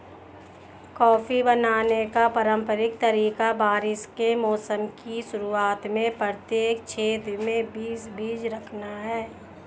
coffee बोने का पारंपरिक तरीका बारिश के मौसम की शुरुआत में प्रत्येक छेद में बीस बीज रखना है